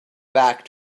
back